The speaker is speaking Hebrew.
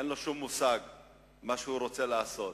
אין לו שום מושג על מה שהוא רוצה לעשות.